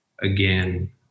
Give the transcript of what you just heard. again